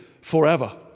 forever